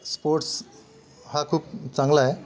sports हा खूप चांगला आहे